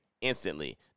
Instantly